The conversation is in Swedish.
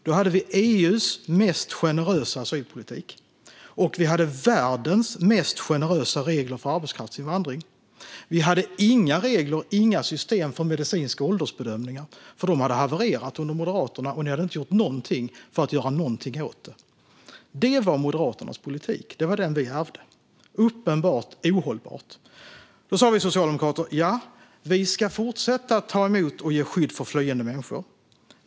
Då hade vi EU:s mest generösa asylpolitik, och vi hade världens mest generösa regler för arbetskraftsinvandring. Vi hade inga regler eller system för medicinska åldersbedömningar. De hade nämligen havererat under Moderaterna, och man hade inte gjort någonting åt det. Det var Moderaternas politik, som regeringen ärvde. Den var uppenbart ohållbar. Då sa vi socialdemokrater: "Vi ska fortsätta ta emot och ge skydd åt flyende människor.